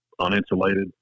uninsulated